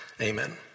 Amen